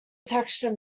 textile